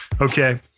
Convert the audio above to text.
okay